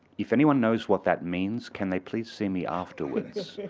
if anyone knows what that means, can they please see me afterwards?